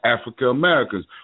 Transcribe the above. African-Americans